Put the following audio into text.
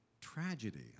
tragedy